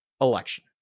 election